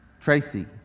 Tracy